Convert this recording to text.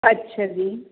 ਅੱਛਾ ਜੀ